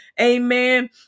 Amen